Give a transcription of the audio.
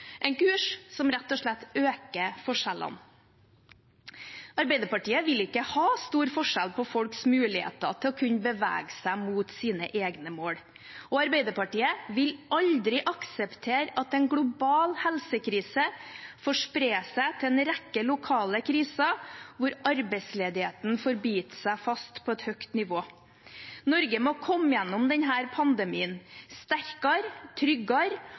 en kurs som rett og slett øker forskjellene. Arbeiderpartiet vil ikke ha stor forskjell på folks muligheter til å kunne bevege seg mot sine egne mål, og Arbeiderpartiet vil aldri akseptere at en global helsekrise får spre seg til en rekke lokale kriser hvor arbeidsledigheten får bite seg fast på et høyt nivå. Norge må komme gjennom denne pandemien sterkere, tryggere